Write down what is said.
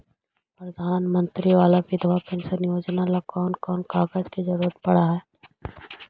प्रधानमंत्री बाला बिधवा पेंसन योजना ल कोन कोन कागज के जरुरत पड़ है?